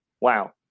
wow